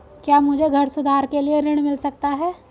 क्या मुझे घर सुधार के लिए ऋण मिल सकता है?